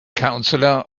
counselor